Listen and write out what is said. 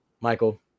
Michael